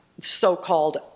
so-called